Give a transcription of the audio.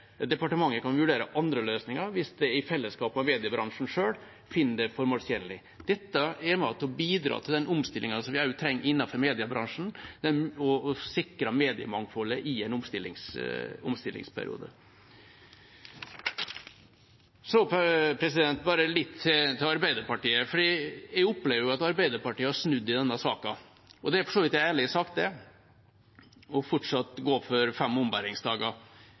departementet kan vurdere andre løsninger hvis man i fellesskap med mediebransjen finner det formålstjenlig. Dette er med på å bidra til den omstillingen som vi også trenger innenfor mediebransjen, og sikrer mediemangfoldet i en omstillingsperiode. Så bare litt til Arbeiderpartiet, for jeg opplever at Arbeiderpartiet har snudd i denne saken. Det er for så vidt en ærlig sak fortsatt å gå for fem ombæringsdager,